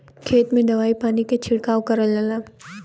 खेत में दवाई पानी के छिड़काव करल जाला